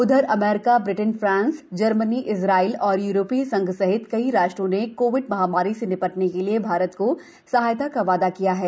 उधर America Britain France Germany Israel और यूरोपीय संघ सहित कई राष्ट्रों ने कोविड महामारी से निपटने के लिए भारत को सहायता का वादा किया है